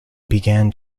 began